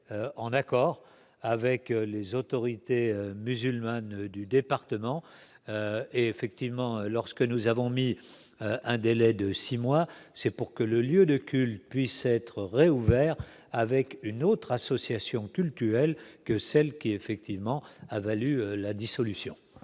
en accord avec les autorités musulmanes du département, effectivement, lorsque nous avons mis un délai de 6 mois, c'est pour que le lieu de culte puisse être réouvert avec une autre association cultuelle que celles qui effectivement a valu la dissolution.